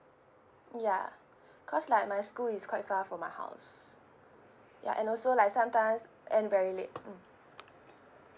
ya cause like my school is quite far from my house ya and also like sometimes end very late mm